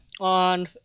on